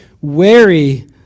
wary